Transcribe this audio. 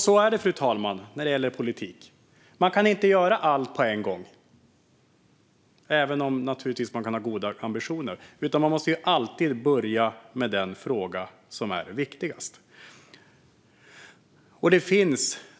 Så är det, fru talman, när det gäller politik. Man kan inte göra allt på en gång, även om man naturligtvis kan ha goda ambitioner. Man måste alltid börja med den fråga som är viktigast.